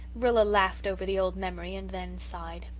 rilla laughed over the old memory and then sighed.